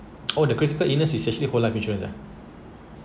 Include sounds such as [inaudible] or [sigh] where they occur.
[noise] oh the critical illness is actually whole life insurance ah